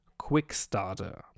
quickstarter